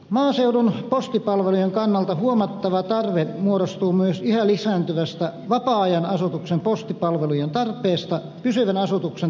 maaseudun postipalvelujen kannalta huomattava tarve muodostuu myös yhä lisääntyvästä vapaa ajanasutuksen postipalvelujen tarpeesta pysyvän asutuksen tarpeitten ohella